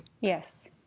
Yes